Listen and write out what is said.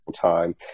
time